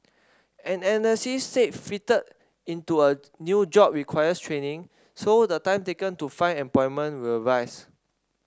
an analyst said into a new job requires training so the time taken to find employment will rise